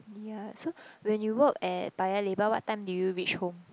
yeah so when you work at Paya-Lebar what time do you reach home